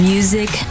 Music